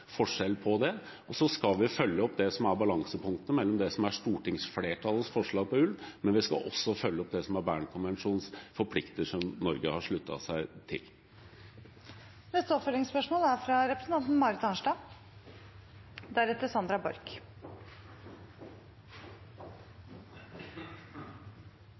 forskjell på det. Så skal vi følge opp i balansepunktet mellom det som er stortingsflertallets forslag om ulv, og forpliktelsene i Bernkonvensjonen, som Norge har sluttet seg til. Marit Arnstad